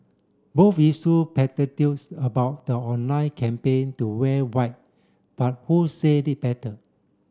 both issue platitudes about the online campaign to wear white but who said it better